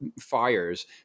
fires